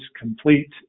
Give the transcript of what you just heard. complete